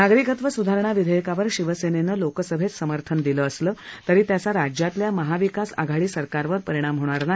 नागरिकत्व स्धारणा विधेयकावर शिवसेनेनं लोकसभेत समर्थन दिलं असलं तरी त्याचा राज्यातल्या महविकास आघाडी सरकारवर परिणाम होणार नाही